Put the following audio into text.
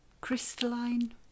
crystalline